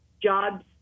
jobs